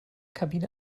kabine